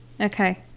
okay